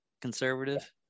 conservative